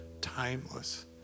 timeless